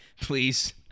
Please